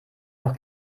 noch